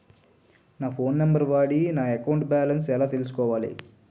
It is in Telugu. నా ఫోన్ నంబర్ వాడి నా అకౌంట్ బాలన్స్ ఎలా తెలుసుకోవాలి?